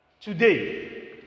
today